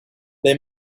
they